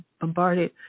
bombarded